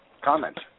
Comment